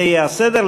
זה יהיה הסדר.